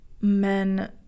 men